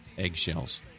Eggshells